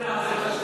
להחזיר את השטחים.